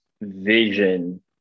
vision